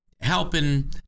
helping